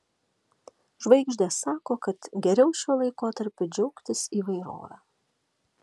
žvaigždės sako kad geriau šiuo laikotarpiu džiaugtis įvairove